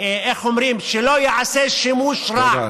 איך אומרים, שלא ייעשה שימוש לרעה,